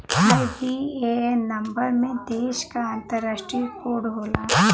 IBAN number में देश क अंतरराष्ट्रीय कोड होला